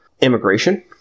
immigration